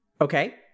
Okay